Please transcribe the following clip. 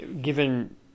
given